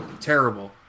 terrible